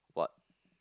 what